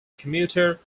commuter